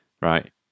right